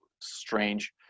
strange